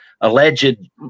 alleged